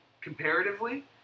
comparatively